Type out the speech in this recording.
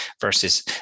versus